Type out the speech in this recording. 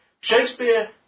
Shakespeare